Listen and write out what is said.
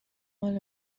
مال